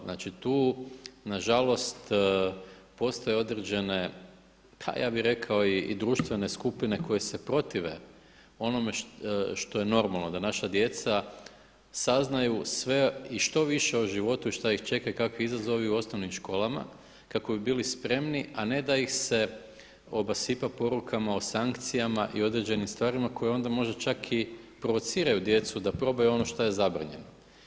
Znači tu nažalost postoje određene, pa ja bi rekao i društvene skupine koje se protive onome što je normalno da naša djeca saznaju sve i što više o životu i šta ih čeka i kakvi izazovi u osnovnim školama kako bi bili spremni, a ne da ih se obasipa porukama o sankcijama i određenim stvarima koje onda možda čak i provociraju djecu da probaju ono što je zabranjeno.